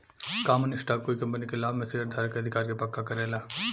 common stock कोइ company के लाभ में शेयरधारक के अधिकार के पक्का करेला